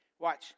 Watch